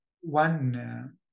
one